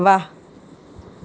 વાહ